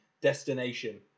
Destination